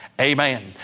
Amen